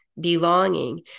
belonging